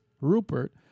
Rupert